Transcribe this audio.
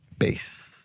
base